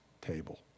table